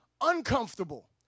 uncomfortable